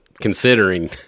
considering